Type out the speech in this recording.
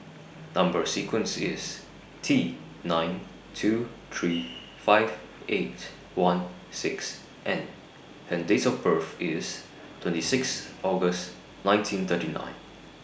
Number sequence IS T nine two three five eight one six N and Date of birth IS twenty six August nineteen thirty nine